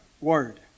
word